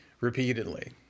repeatedly